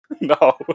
No